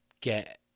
get